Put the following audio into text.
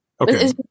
Okay